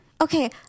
okay